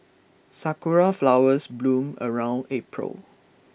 sakura flowers bloom around April